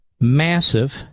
massive